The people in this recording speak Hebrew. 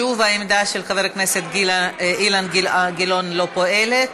שוב העמדה של חבר הכנסת אילן גילאון לא פועלת.